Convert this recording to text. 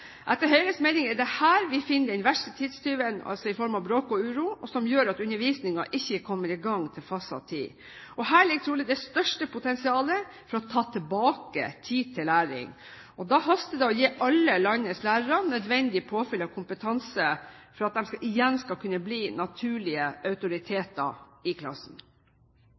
Etter Høyres mening er det her vi finner den verste tidstyven, bråk og uro, som gjør at undervisningen ikke kommer i gang til fastsatt tid. Og her ligger trolig det største potensialet for å ta tilbake tid til læring. Da haster det med å gi alle landets lærere nødvendig påfyll av kompetanse, for at de igjen skal kunne bli naturlige autoriteter i klassen.